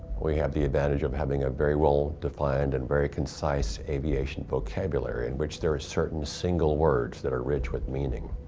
we have the advantage of having a very well defined and very concise aviation vocabulary, in which there are certain single words that are rich with meaning.